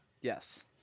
Yes